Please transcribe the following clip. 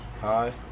hi